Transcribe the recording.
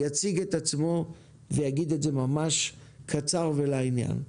יציג את עצמו ויגיד את זה ממש קצר ולעניין.